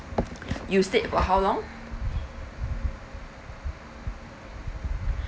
you stayed for how long